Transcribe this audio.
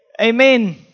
Amen